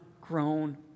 grown